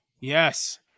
yes